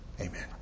Amen